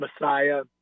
Messiah